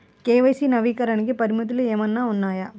KYC నవీకరణకి పరిమితులు ఏమన్నా ఉన్నాయా?